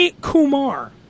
Kumar